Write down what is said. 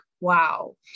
wow